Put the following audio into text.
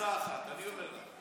עצה אחת: אני אומר לך,